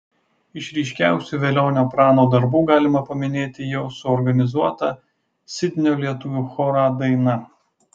iš ryškiausių velionio prano darbų galima paminėti jo suorganizuotą sidnio lietuvių chorą daina